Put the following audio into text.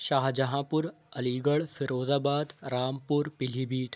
شاہجہاں پور Aligarh Firozabad Rampur پیلی بھیت